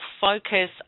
focus